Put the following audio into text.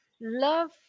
love